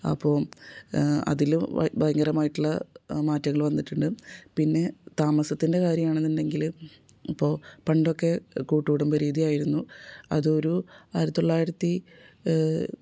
അപ്പോൾ അതിലും ഭയങ്കരമായിട്ടുള്ള മാറ്റങ്ങൾ വന്നിട്ടുണ്ട് പിന്നെ താമസത്തിൻ്റെ കാര്യമാണെന്നുണ്ടെങ്കിൽ ഇപ്പോൾ പണ്ടൊക്കെ കൂട്ട് കുടുംബ രീതിയായിരുന്നു അതൊരു ആയിരത്തി തൊള്ളായിരത്തി